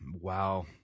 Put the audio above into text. Wow